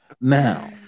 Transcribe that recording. Now